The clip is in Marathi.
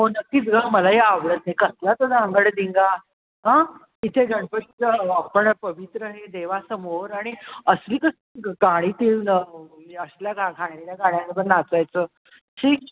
हो नक्कीच गं मलाही आवडत नाही कसला तो धांगडधिंगा इथे गणपतीचं आपण पवित्र आणि देवासमोर आणि असली कसली गं गाणी ती म्हणजे असल्या घा घाणेरड्या गाण्यांवर नाचायचं छी